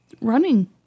running